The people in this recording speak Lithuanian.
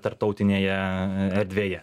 tarptautinėje erdvėje